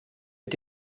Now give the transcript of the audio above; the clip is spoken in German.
mit